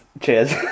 Cheers